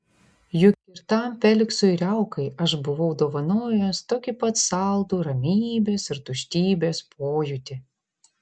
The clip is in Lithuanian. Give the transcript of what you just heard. juk ir tam feliksui riaukai aš buvau dovanojęs tokį pat saldų ramybės ir tuštybės pojūtį